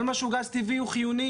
כל מה שהוא גז טבעי הוא חיוני.